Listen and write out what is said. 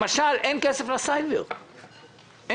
למשל אין כסף לסייבר, אין.